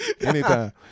anytime